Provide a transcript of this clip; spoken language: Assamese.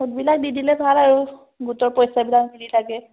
সুতবিলাক দি দিলে ভাল আৰু গোটৰ পইচাবিলাক থাকে